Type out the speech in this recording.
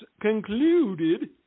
concluded